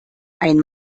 ein